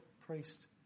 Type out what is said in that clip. priest